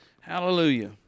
Hallelujah